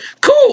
Cool